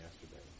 yesterday